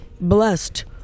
blessed